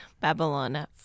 Babylon